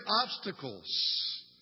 obstacles